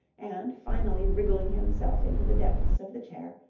and, finally, wriggling himself into the depths of the chair,